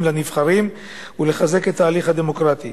לנבחרים ולחזק את ההליך הדמוקרטי.